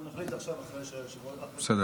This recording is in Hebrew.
אנחנו נחליט עכשיו, אחרי שהיושב-ראש, חבר